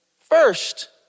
first